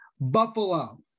Buffalo